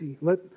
Let